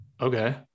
Okay